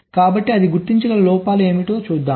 కాబట్టి అది గుర్తించగల లోపాలు ఏమిటి చూద్దాం